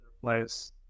place